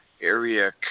area